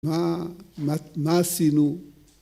מה מה עשינו?